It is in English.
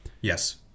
Yes